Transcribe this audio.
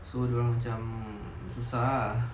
so dia orang macam susah lah